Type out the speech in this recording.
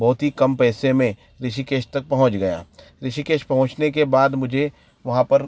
बहुत ही कम पैसे में ऋषिकेश तक पहुच गया ऋषिकेश पहुँचने के बाद मुझे वहाँ पर